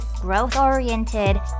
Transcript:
growth-oriented